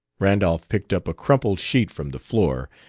randolph picked up a crumpled sheet from the floor,